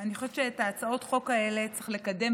אני חושבת שאת הצעות חוק האלה צריך לקדם,